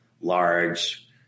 large